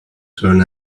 turn